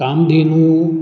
Kamadhenu